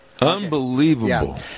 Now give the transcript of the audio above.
Unbelievable